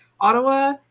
Ottawa